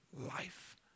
life